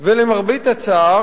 ולמרבה הצער,